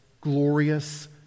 glorious